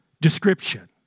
description